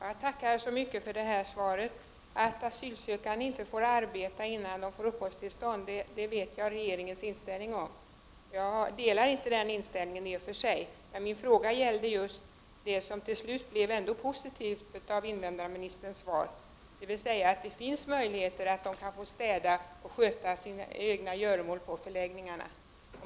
Herr talman! Jag tackar så mycket för svaret. Jag känner till regeringens inställning angående detta att asylsökande inte får arbeta innan de får uppehållstillstånd. Jag delar inte den inställningen. Men min fråga gällde det som till slut behandlades positivt i invandrarministerns svar, dvs. att det finns möjligheter för flyktingarna att få städa och sköta sina egna göromål på förläggningarna.